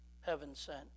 heaven-sent